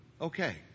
Okay